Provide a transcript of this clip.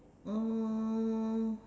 uh